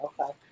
Okay